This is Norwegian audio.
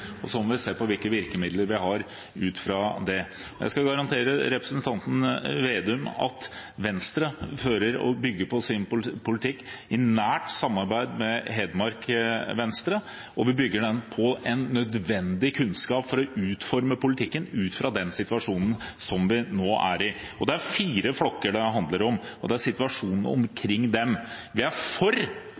og så må vi se på hvilke virkemidler vi har ut fra det. Jeg kan garantere representanten Slagsvold Vedum at Venstre fører og bygger sin politikk i nært samarbeid med Hedmark Venstre, og vi bygger den på en nødvendig kunnskap for å utforme politikken ut fra den situasjonen som vi nå er i. Det er fire flokker det handler om, og situasjonen omkring dem. Vi er for